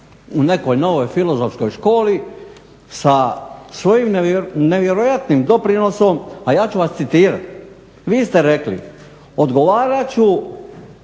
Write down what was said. u nekoj novoj filozofskoj školi sa svojim nevjerojatnim doprinosom, a ja ću vas citirati. Vi ste rekli "Odgovorit